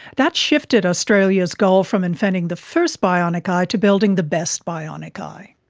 that shifted australia's goal from inventing the first bionic eye to building the best bionic eye.